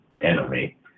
enemy